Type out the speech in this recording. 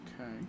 Okay